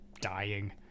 dying